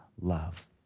love